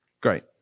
Great